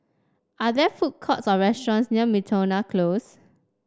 are there food courts or restaurants near Miltonia Close